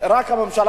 רק הממשלה